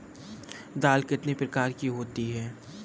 दाल कितने प्रकार की होती है?